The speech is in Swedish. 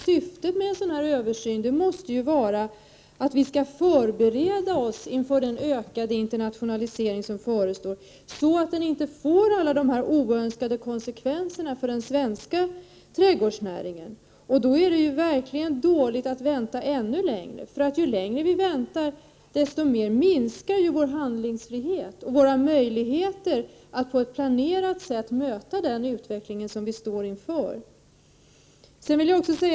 Syftet med en sådan här översyn måste ju vara att vi skall förbereda oss inför den ökade internationalisering som förestår, så att den inte får alla dessa oönskade konsekvenser för den svenska trädgårdsnäringen. Då är det verkligen dåligt att vänta ännu längre. Ju längre vi väntar, desto mer minskar vår handlingsfrihet och våra möjligheter att på ett planerat sätt möta den utveckling som vi står inför.